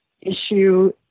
issue